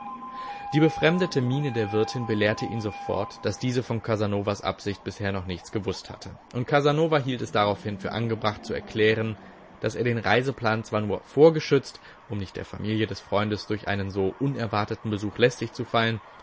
die befremdete miene der wirtin belehrte ihn sofort daß diese von casanovas absicht bisher noch nichts gewußt hatte und casanova hielt es daraufhin für angebracht zu erklären daß er den reiseplan zwar nur vorgeschützt um nicht der familie des freundes durch einen so unerwarteten besuch lästig zu fallen